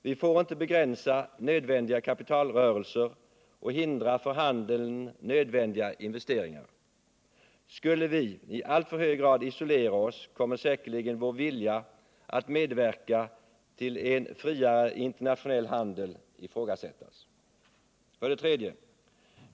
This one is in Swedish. Vi får inte begränsa nödvändiga kapitalrörelser och hindra för handeln nödvändiga investeringar. Skulle vi i alltför hög grad isolera oss kommer säkerligen vår vilja att medverka till en friare internationell handel att ifrågasättas. 3.